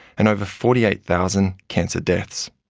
and over forty eight thousand cancer deaths.